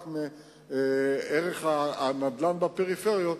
רק ערך הנדל"ן בפריפריה,